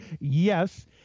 yes